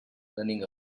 running